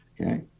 okay